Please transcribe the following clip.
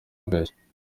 agashya